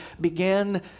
began